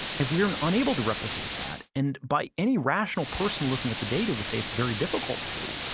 if we're and unable to replicate that and by any rational person looking at the data would say it's very difficult to,